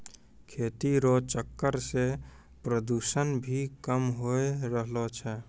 खेती रो चक्कर से प्रदूषण भी कम होय रहलो छै